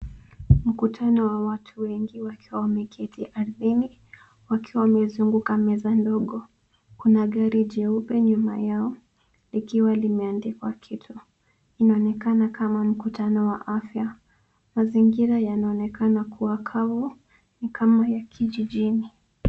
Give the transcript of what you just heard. Mkutano wa watu wengi wakiwa wameketi ardhini wakiwa wamezugunguka meza ndogo. Kuna gari jeupe nyuma yaoikiwa limeandikwa kitu. Inaonekana kama mkutano wa afya. Mazingira yanaonekana kuwa kavu ni kama ya kijijini.